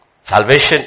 Salvation